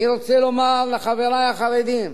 אני רוצה לומר לחברי החרדים: